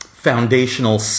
foundational